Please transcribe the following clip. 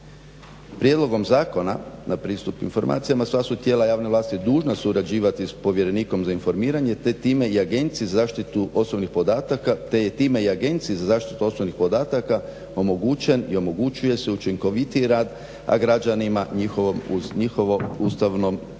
Prijedlogom Zakona na pristup informacijama sva su tijela javne vlasti dužna surađivati s povjerenikom za informiranje te time i Agenciji za zaštitu osobnih podataka omogućen i omogućuje se učinkovitiji rad, a građanima njihovo Ustavom